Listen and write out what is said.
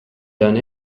done